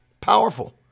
Powerful